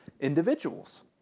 individuals